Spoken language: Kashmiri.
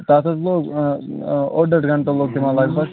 تَتھ حظ لوٚگ اوٚڈ اوٚڈ گَنٹہٕ لوٚگ تِمَن لگ بگ